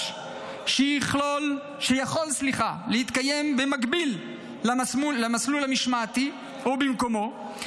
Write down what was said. שיכול להתקיים במקביל למסלול המשמעתי ובמקומו,